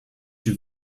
you